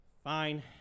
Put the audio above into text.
Fine